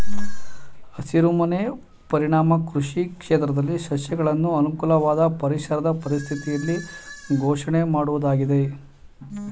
ಹಸಿರುಮನೆ ಪರಿಣಾಮ ಕೃಷಿ ಕ್ಷೇತ್ರದಲ್ಲಿ ಸಸ್ಯಗಳನ್ನು ಅನುಕೂಲವಾದ ಪರಿಸರದ ಪರಿಸ್ಥಿತಿಯಲ್ಲಿ ಪೋಷಣೆ ಮಾಡುವುದಾಗಿದೆ